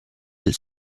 del